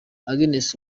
agnes